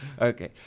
okay